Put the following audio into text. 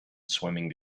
swimming